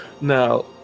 now